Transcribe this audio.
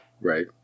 Right